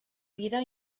vida